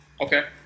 Okay